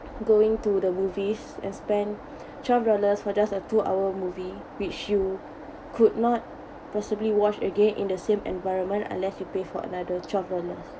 going to the movies and spend twelve dollars for just a two hour movie which you could not possibly watch again in the same environment unless you pay for another twelve dollars